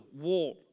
wall